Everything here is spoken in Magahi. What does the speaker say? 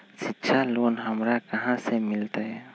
शिक्षा लोन हमरा कहाँ से मिलतै?